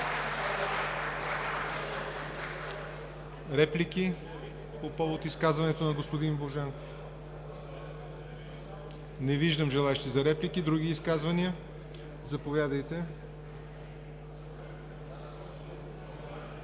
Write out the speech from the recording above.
Реплики по повод изказването на господин Божанков? Не виждам желаещи за реплики. Други изказвания? Заповядайте.